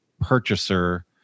purchaser